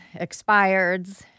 expireds